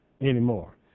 anymore